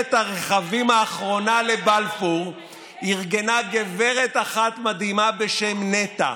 שיירת הרכבים האחרונה לבלפור ארגנה גברת אחת מדהימה בשם נטע.